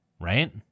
Right